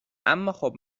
اماخب